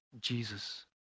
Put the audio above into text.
Jesus